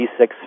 V6